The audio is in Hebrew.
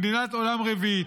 למדינת עולם רביעי.